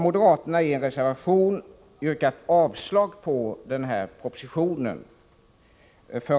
Moderaterna har i en reservation yrkat avslag på förslaget i propositionen.